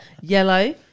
Yellow